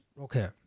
okay